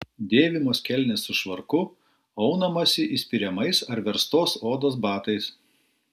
dėvimos kelnės su švarku aunamasi įspiriamais ar verstos odos batais